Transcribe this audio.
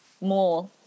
more